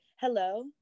hello